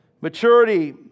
Maturity